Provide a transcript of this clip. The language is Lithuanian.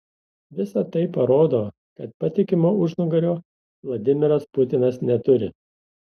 visa tai parodo kad patikimo užnugario vladimiras putinas neturi